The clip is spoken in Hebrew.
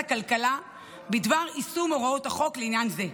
הכלכלה בדבר יישום הוראות החוק לעניין זה.